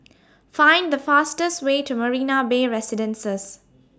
Find The fastest Way to Marina Bay Residences